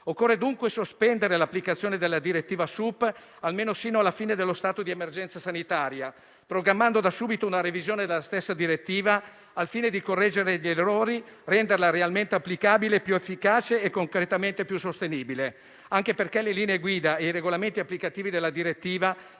Occorre dunque sospendere l'applicazione della direttiva SUP almeno sino alla fine dello stato di emergenza sanitaria, programmando da subito una sua revisione al fine di correggere gli errori e renderla realmente applicabile, più efficace e concretamente più sostenibile, anche perché le linee guida e i regolamenti applicativi della stessa